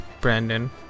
Brandon